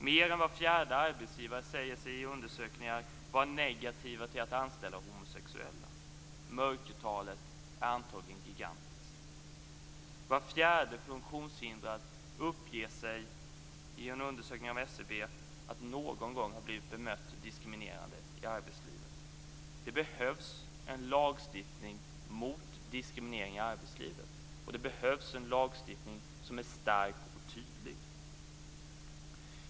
Mer än var fjärde arbetsgivare säger sig i undersökningar vara negativa till att anställa homosexuella. Mörkertalet är antagligen gigantiskt. Var fjärde funktionshindrad uppger sig i en undersökning gjord av SCB någon gång ha blivit bemött på ett diskriminerande sätt i arbetslivet. Det behövs en lagstiftning mot diskriminering i arbetslivet, och det behövs en lagstiftning som är stark och tydlig.